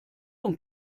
und